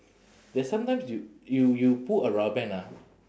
then sometimes you you you pull a rubber band ah